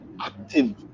active